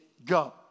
go